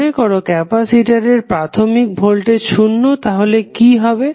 মনেকরো ক্যাপাসিটরের প্রাথমিক ভোল্টেজ শূন্য তাহলে কি হবে